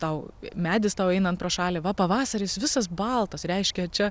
tau medis tau einant pro šalį va pavasaris visas baltas reiškia čia